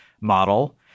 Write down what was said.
model